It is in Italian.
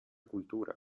cultura